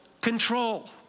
control